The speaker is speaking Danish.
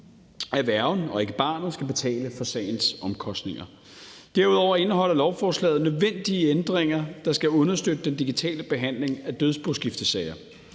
at værgen og ikke barnet skal betale for sagens omkostninger. Derudover indeholder lovforslaget nødvendige ændringer, der skal understøtte den digitale behandling af dødsboskiftesager.